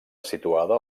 situada